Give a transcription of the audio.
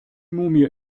mumie